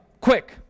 quick